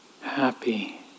happy